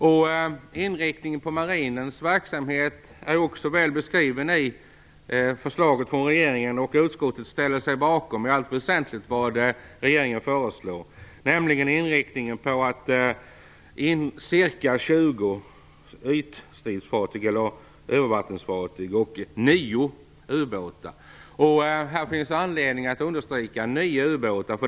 Inriktningen på marinens verksamhet är också väl beskriven i förslaget från regeringen. Utskottet ställer sig i allt väsentligt bakom vad regeringen föreslår, nämligen inriktningen på ca 20 ytstridsfartyg eller övervattensfartyg och nio ubåtar. Här finns anledning att understryka att det gäller nio ubåtar.